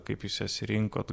kaip jūs jas rinkot